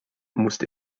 musste